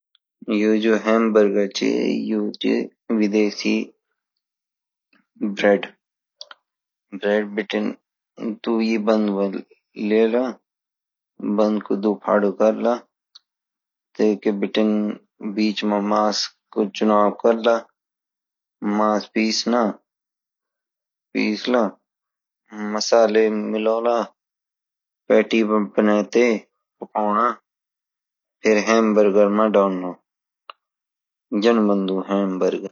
यु जो हैमबर्गर ची युची विदेशी ब्रेड ये बून्द ल्येला बन कई २ फाडू करला टेके बीटिन बिच मा मास्स का चुनाव करला मास्स पीसला मसाले मिलला पैटी बनाते पकोड़ा फिर हैमबर्गर मा यन बंदु हैमबर्गर